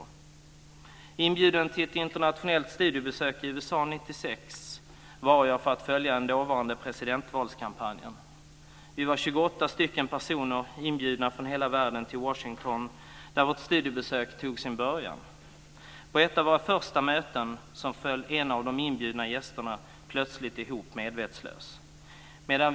År 1996 var jag inbjuden till ett internationellt studiebesök i USA för att följa den dåvarande presidentvalskampanjen. Vi var 28 personer från hela världen som var inbjudna till Washington där vårt studiebesök tog sin början. På ett av våra första möten föll plötsligt en av de inbjudna gästerna medvetslös ihop.